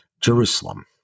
Jerusalem